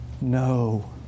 No